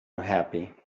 unhappy